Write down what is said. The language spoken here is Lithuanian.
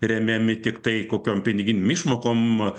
remiami tiktai kokiom piniginėm išmokom